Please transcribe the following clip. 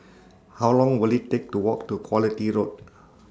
How Long Will IT Take to Walk to Quality Road